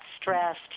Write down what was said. stressed